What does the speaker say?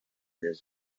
does